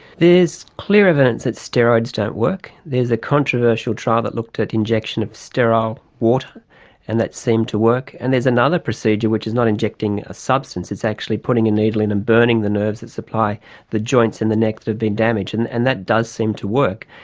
there is clear evidence that steroids don't work. there's a controversial trial that looked at injection of sterile water and that seemed to work, and there's another procedure which is not injecting a substance, it's actually putting a needle in and burning the nerves that supply the joints in the neck that have been damaged, and and that does seem to work.